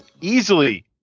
easily